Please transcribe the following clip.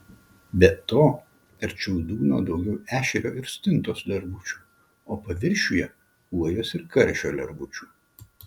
be to arčiau dugno daugiau ešerio ir stintos lervučių o paviršiuje kuojos ir karšio lervučių